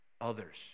Others